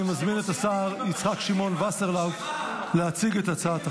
אני מזמין את השר יצחק שמעון וסרלאוף להציג את הצעת החוק.